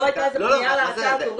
לא הייתה פניה לאתר "תורידו"?